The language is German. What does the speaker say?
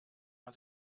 man